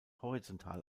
horizontal